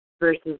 versus